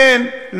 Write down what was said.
כן,